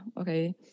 okay